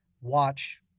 watch